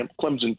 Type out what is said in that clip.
Clemson